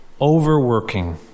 overworking